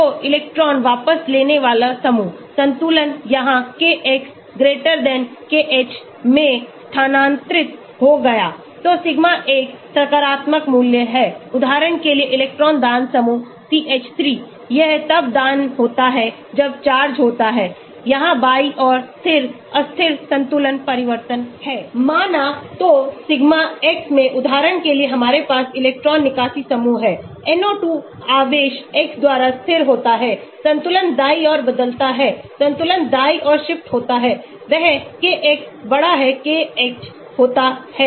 तो sigma X में उदाहरण के लिए हमारे पास इलेक्ट्रान निकासी समूह है NO2 आवेश X द्वारा स्थिर होता है संतुलन दाईं ओर बदलता है संतुलन दाईं ओर शिफ्ट होता है वह Kx KH होता है